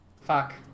fuck